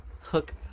hook